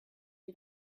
you